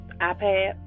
iPad